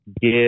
give